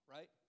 Right